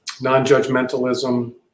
non-judgmentalism